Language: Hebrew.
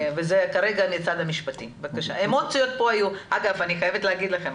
אגב אני חייבת לומר לכם,